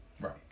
Right